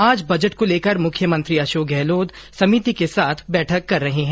आज बजट को लेकर मुख्यमंत्री अशोक गहलोत समिति के साथ बैठक कर रहे है